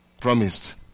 promised